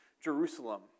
Jerusalem